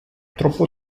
troppo